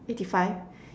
eighty five